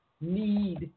need